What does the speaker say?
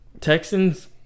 Texans